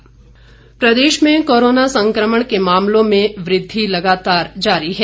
Himachal corona Pradesh में corona संकमण के मामलों में वृद्धि लगातार जारी है